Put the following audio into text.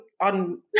on